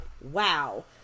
wow